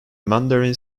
mandarin